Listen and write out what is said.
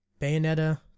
Bayonetta